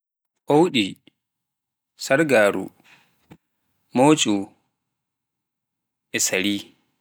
ɓowɗi, sargaaru, mocchu, e sari.